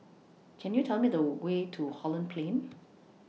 Can YOU Tell Me The Way to Holland Plain